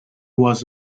was